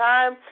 Time